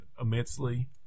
immensely